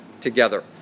together